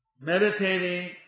meditating